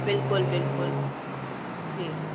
बिल्कुल बिल्कुल जी